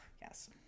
yes